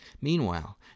Meanwhile